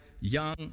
young